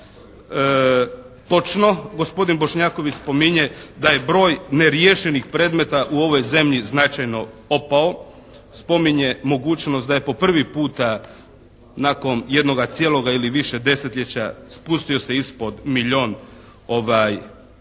Točno, gospodin Bošnjaković spominje da je broj neriješenih predmeta u ovoj zemlji značajno opao. Spominje mogućnost da je po prvi puta nakon jednoga cijeloga ili više desetljeća spustio se ispod milijun neriješenih